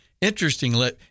interestingly